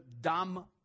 dumb